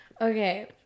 Okay